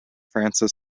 francis